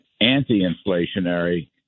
anti-inflationary